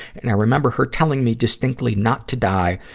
and i remember her telling me distinctly not to die,